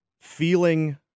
feeling